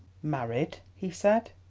married? he said,